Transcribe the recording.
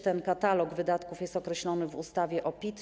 Ten katalog wydatków jest określony w ustawie o PIT.